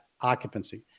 occupancy